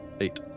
Eight